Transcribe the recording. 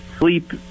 Sleep